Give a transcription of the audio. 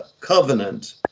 covenant